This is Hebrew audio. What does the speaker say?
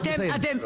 אתם,